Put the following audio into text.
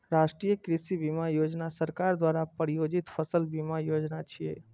राष्ट्रीय कृषि बीमा योजना सरकार द्वारा प्रायोजित फसल बीमा योजना छियै